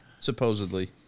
Supposedly